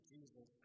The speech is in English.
Jesus